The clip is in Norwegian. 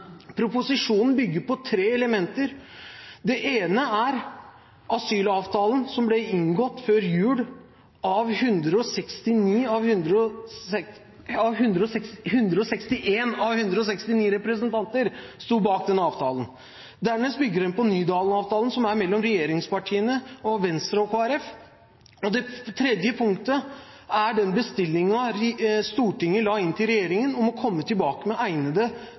tre elementer. Det ene er asylavtalen som ble inngått før jul. 161 av 169 representanter sto bak den avtalen. Dernest bygger den på Nydalen-avtalen, som er mellom regjeringspartiene og Venstre og Kristelig Folkeparti. Og det tredje punktet er den bestillingen Stortinget la inn til regjeringen om å komme tilbake med egnede